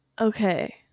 Okay